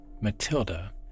Matilda